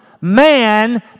Man